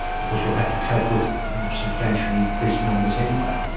because you'll have to cope with substantially increased numbers anyway.